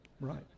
Right